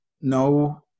no